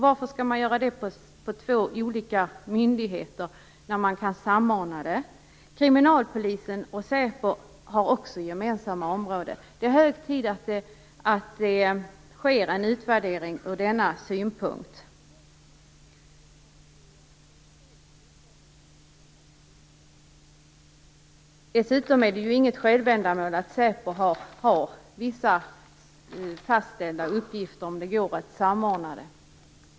Varför skall man göra detta på två olika myndigheter när man kan samordna det? Kriminalpolisen och SÄPO har också gemensamma områden. Det är hög tid att göra en utvärdering från dessa utgångspunkter. Dessutom är det inget självändamål att SÄPO skall ha vissa fastställda uppgifter om det är möjligt att samordna dem.